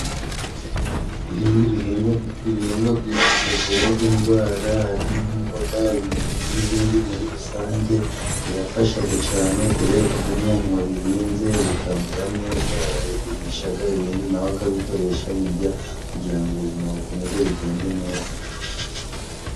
Guhinga ibihingwa bivuraga indwara, harimo nk'imboga n'ibindi muri rusange birafashaga cane, kubera ko umuntu wabihinze bikamera neza, arabigurishaga ibindi na we akabikoresha abirya kugira ngo ubuzima bukomeze bugende neza.